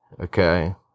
okay